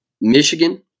Michigan